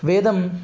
वेदं